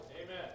Amen